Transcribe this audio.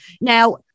Now